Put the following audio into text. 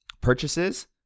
purchases